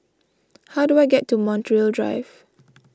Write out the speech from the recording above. how do I get to Montreal Drive